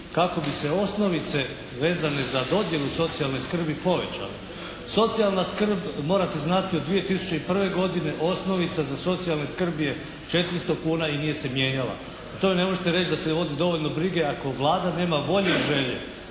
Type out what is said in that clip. kako bi se osnovice vezane za dodjelu socijalne skrbi povećale. Socijalna skrb morate znati od 2001. godine osnovica za socijalnu skrb je 400 kuna i nije se mijenjala. Prema tome ne možete reći da se vodi dovoljno brige ako Vlada nema volje i želje